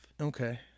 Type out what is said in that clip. Okay